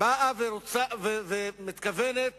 מתכוונת